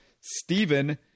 Stephen